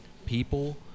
people